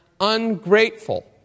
ungrateful